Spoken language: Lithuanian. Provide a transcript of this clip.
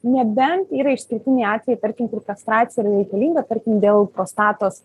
nebent yra išskirtiniai atvejai tarkim kur kastracija yra reikalinga tarkim dėl prostatos